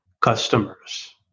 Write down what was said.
customers